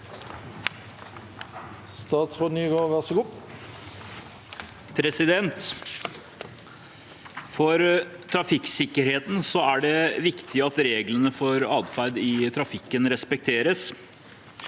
For trafikksik- kerheten er det viktig at reglene for adferd i trafikken respekteres.